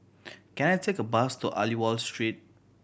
can I take a bus to Aliwal Street